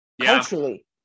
culturally